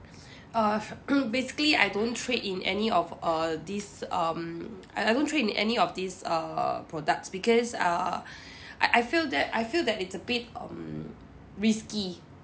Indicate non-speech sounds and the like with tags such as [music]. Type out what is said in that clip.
err [coughs] basically I don't trade in any of err these um I I don't trade in any of these err products because err I I feel that I feel that it's a bit um risky